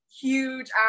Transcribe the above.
huge